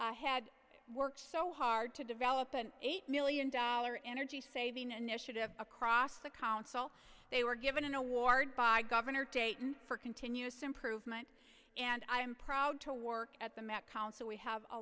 had worked so hard to develop an eight million dollar energy saving initiative across the council they were given an award by governor dayton for continuous improvement and i am proud to work at the met council we have a